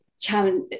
challenge